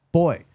boy